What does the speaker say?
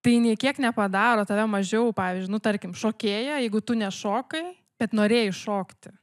tai nei kiek nepadaro tave mažiau pavyzdžiui nu tarkim šokėja jeigu tu ne šokai bet norėjai šokti